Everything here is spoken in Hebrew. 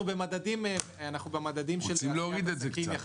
אנחנו במדדים של עשיית עסקים יחסית --- רוצים להוריד את זה קצת.